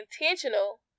intentional